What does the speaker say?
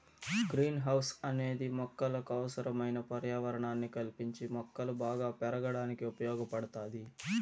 green house అనేది మొక్కలకు అవసరమైన పర్యావరణాన్ని కల్పించి మొక్కలు బాగా పెరగడానికి ఉపయోగ పడుతాది